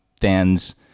fans